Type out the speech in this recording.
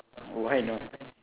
why not